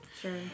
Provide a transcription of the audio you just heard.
Sure